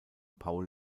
paul